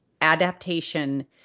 adaptation